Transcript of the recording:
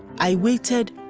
i waited,